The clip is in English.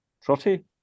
Trotty